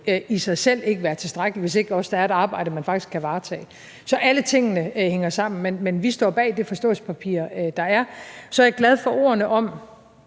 i sig selv ikke være tilstrækkeligt, hvis ikke der også er et arbejde, man faktisk kan varetage. Så alle tingene hænger sammen. Men vi står bag det forståelsespapir, der er. Så er jeg glad for ordene om,